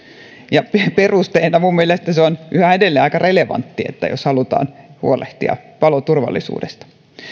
ja minun mielestäni se on perusteena yhä edelleen aika relevantti että halutaan huolehtia paloturvallisuudesta